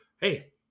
hey